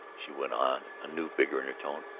she went on, a new vigor in her tone,